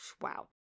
Wow